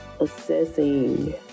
assessing